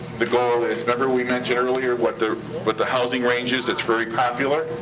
the goal is, remember we mentioned earlier, what the but the housing range is that's very popular?